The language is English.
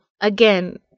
again